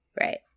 Right